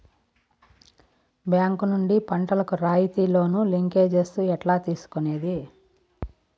Bank నుండి పంటలు కు రాయితీ లోను, లింకేజస్ ఎట్లా తీసుకొనేది?